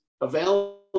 available